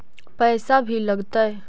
पैसा भी लगतय?